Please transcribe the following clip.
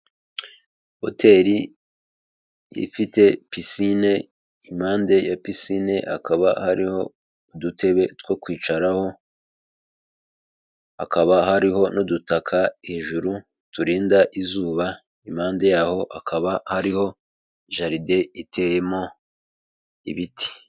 Hoteli ifite pisine, impande ya pisine hakaba hariho udutebe two kwicaraho, hakaba hariho n'udutaka hejuru turinda izuba, impande yaho hakaba hariho jaride iteyemo ibiti.